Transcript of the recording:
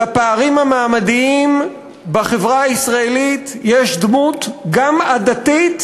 לפערים המעמדיים בחברה הישראלית יש דמות גם עדתית,